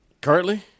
Currently